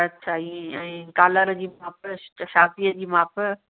अच्छा ईअं इएं कॉलर जी माप छातीअ जी मापु